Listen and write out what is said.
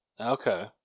Okay